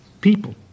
people